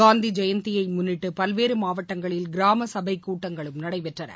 காந்தி ஜெயந்தியை முன்னிட்டு பல்வேறு மாவட்டங்களில் கிராம சபை கூட்டங்களும் நடைபெற்றன